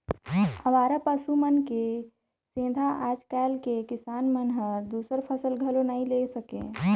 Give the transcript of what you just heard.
अवारा पसु मन के सेंथा आज कायल के किसान मन हर दूसर फसल घलो नई ले सके